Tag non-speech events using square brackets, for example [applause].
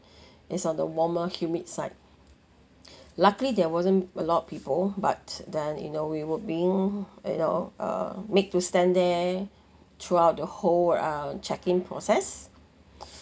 [breath] it's on the warmer humid side [breath] luckily there wasn't a lot of people but then in a way we were being you know err make to stand there throughout the whole uh check in process